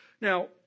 Now